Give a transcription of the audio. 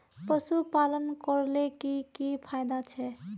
पशुपालन करले की की फायदा छे?